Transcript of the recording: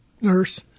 nurse